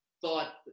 thought